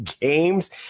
games